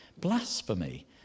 Blasphemy